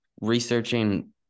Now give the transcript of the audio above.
researching